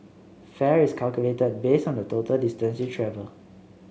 fare is calculated based on the total distance you travel